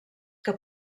que